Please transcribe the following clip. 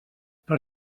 per